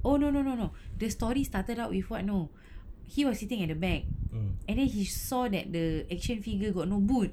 oh no no no no the story started out with what know he was sitting at the back and then he saw that the action figure got no boot